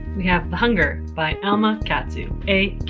we have the hunger by alma katsu. a.